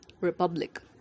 republic